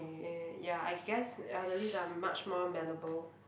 uh ya I guess elderlies are much more malleable